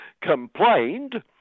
complained